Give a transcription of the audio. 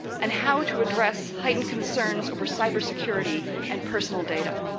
and how to address heightened concerns over cybersecurity and personal data.